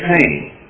pain